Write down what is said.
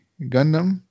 Gundam